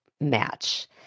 match